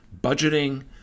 budgeting